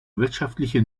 wirtschaftliche